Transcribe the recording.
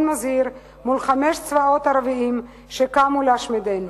מזהיר מול חמישה צבאות ערביים שקמו להשמידנו.